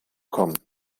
kommen